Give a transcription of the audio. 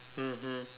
mmhmm